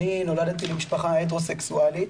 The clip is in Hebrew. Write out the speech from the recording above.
אני נולדתי למשפחה הטרוסקסואלית,